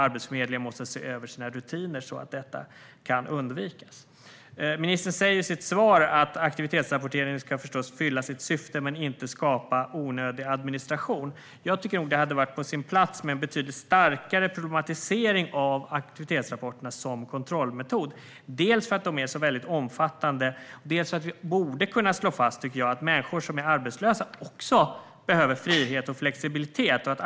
Arbetsförmedlingen måste se över sina rutiner så att detta kan undvikas. Ministern säger i sitt svar att aktivitetsrapporteringen ska fylla sitt syfte men att den inte ska skapa onödig administration. Jag tycker att det hade varit på sin plats med en betydligt starkare problematisering av aktivitetsrapporterna som kontrollmetod - dels för att de är väldigt omfattande, dels därför att man borde kunna slå fast att också människor som är arbetslösa behöver frihet och flexibilitet.